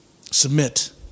Submit